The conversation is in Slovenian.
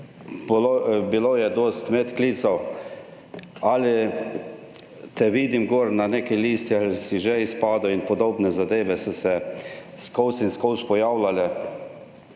Bilo je dosti medklicev, ali te vidim gor na neki listi ali si že izpadel in podobne zadeve so se vseskozi pojavljale.